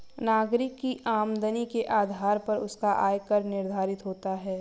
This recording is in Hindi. नागरिक की आमदनी के आधार पर उसका आय कर निर्धारित होता है